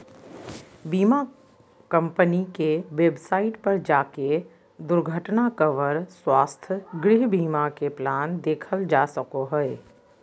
बीमा कम्पनी के वेबसाइट पर जाके दुर्घटना कवर, स्वास्थ्य, गृह बीमा के प्लान देखल जा सको हय